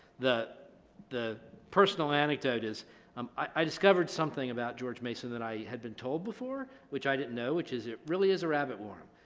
the the personal anecdote is um i discovered something about george mason that i had been told before, which i didn't know, which is it really is a rabbit warren.